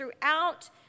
throughout